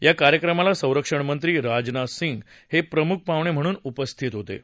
या कार्यक्रमाला संरक्षणमंत्री राजनाथ सिंह हे प्रमुख पाहुणे म्हणून उपस्थित राहतील